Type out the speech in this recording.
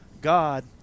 God